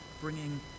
bringing